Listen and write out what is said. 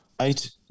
eight